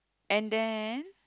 and then